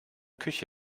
küche